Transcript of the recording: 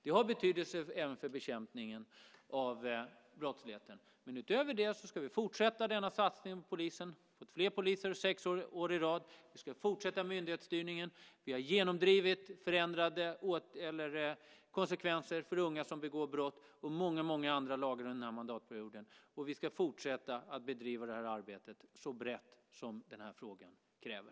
Det har betydelse även för bekämpningen av brottsligheten. Men utöver det ska vi fortsätta denna satsning på polisen. Vi har fått fler poliser sex år i rad. Vi ska fortsätta myndighetsstyrningen. Vi har genomdrivit förändrade konsekvenser för unga som begår brott och många, många andra lagar under den här mandatperioden, och vi ska fortsätta att bedriva det här arbetet så brett som den här frågan kräver.